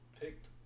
picked